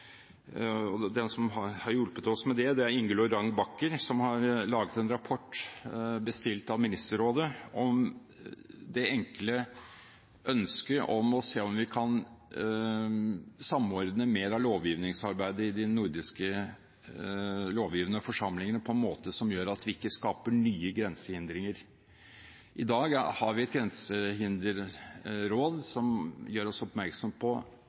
og den som har hjulpet oss med det, er Inge Lorange Backer, som har laget en rapport bestilt av Ministerrådet – er det enkle ønsket om å se om vi kan samordne mer av lovgivningsarbeidet i de nordiske lovgivende forsamlingene på en måte som gjør at vi ikke skaper nye grensehindringer. I dag har vi et grensehinderråd som gjør oss oppmerksom på